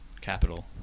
capital